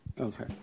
Okay